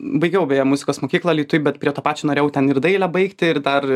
baigiau beje muzikos mokyklą alytuj bet prie to pačio norėjau ten ir dailę baigti ir dar